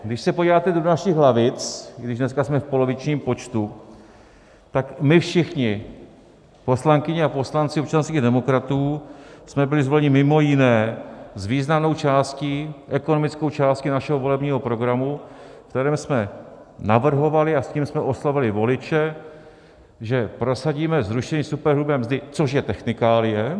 Když se podíváte do našich lavic, i když dneska jsme v polovičním počtu, tak my všichni, poslankyně a poslanci občanských demokratů, jsme byli zvoleni mimo jiné s významnou částí, ekonomickou částí našeho volebního programu, ve kterém jsme navrhovali, a s tím jsme oslovili voliče, že prosadíme zrušení superhrubé mzdy, což je technikálie.